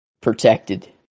protected